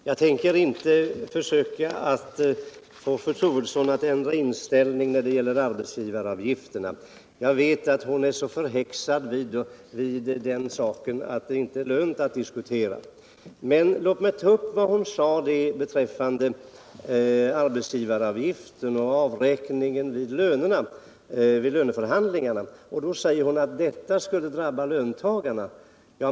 Herr talman! Jag tänker inte försöka få fru Troedsson att ändra inställning när det gäller arbetsgivaravgifterna. Jag vet att hon är så förhäxad av den saken att det inte är lönt att diskutera. Men låt mig ta upp vad hon sade beträffande arbetsgivaravgifterna och avräkningen av dessa vid löneförhandlingarna. Fru Troedsson sade att detta skulle drabba löntagarna.